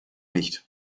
nicht